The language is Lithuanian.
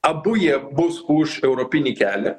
abu jie bus už europinį kelią